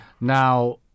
Now